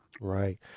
Right